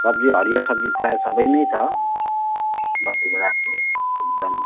सब्जी हरियो सब्जी प्रायः सबै नै छ बस्तीबाट आएको एकदम